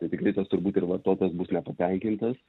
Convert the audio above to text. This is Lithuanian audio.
tai tikrai tas turbūt ir vartotojas bus nepatenkintas